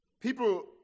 people